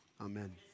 Amen